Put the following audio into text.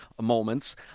moments